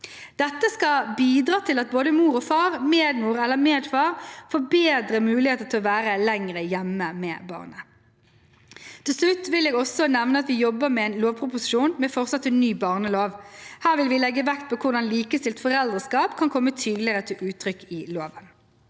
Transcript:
Dette skal bidra til at både mor og far, medmor eller medfar, får bedre mulighet til å være lenger hjemme med barnet. Til slutt vil jeg også nevne at vi jobber med en lovproposisjon med forslag til ny barnelov. Her vil vi legge vekt på hvordan likestilt foreldreskap kan komme tydeligere til uttrykk i loven.